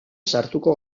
sartuko